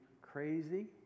crazy